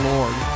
Lord